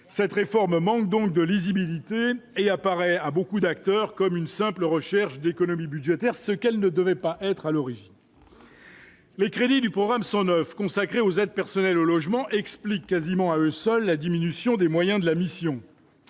cette réforme manque donc de lisibilité et apparaît à beaucoup d'acteurs comme une simple recherche d'économie budgétaire, ce qu'elle ne devait pas être à l'origine, les crédits du programme 109 consacré aux aides personnelles au logement, explique quasiment à eux seuls la diminution des moyens de la mission,